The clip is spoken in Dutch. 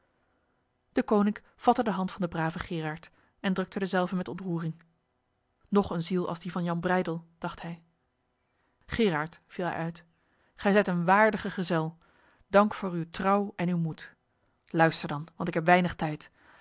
deconinck vatte de hand van de brave geeraert en drukte dezelve met ontroering nog een ziel als die van jan breydel dacht hij geeraert viel hij uit gij zijt een waardige gezel dank voor uw trouw en uw moed luister dan want ik heb weinig tijd